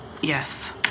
Yes